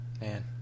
Man